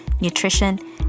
nutrition